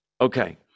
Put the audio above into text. Okay